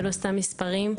לא סתם מספרים.